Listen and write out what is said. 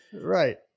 right